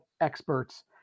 experts